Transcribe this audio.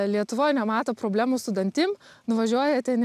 lietuvoj nemato problemų su dantim nuvažiuoja ten